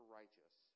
righteous